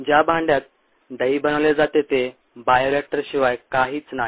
ज्या भांड्यात दही बनवले जाते ते बायोरिएक्टरशिवाय काहीच नाही